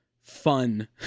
fun